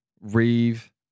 Reeve